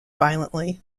violently